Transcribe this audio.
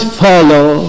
follow